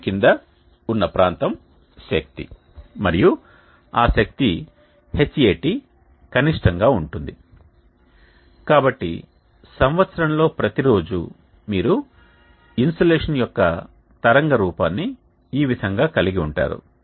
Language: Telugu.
దీని కింద ఉన్న ప్రాంతం శక్తి మరియు ఆ శక్తి Hat కనిష్టంగా ఉంటుంది కాబట్టి సంవత్సరంలో ప్రతి రోజు మీరు ఇన్సోలేషన్ యొక్క తరంగ రూపాన్ని ఈ విధంగా కలిగి ఉంటారు